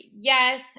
yes